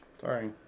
Sorry